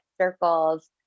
circles